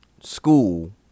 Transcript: school